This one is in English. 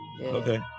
Okay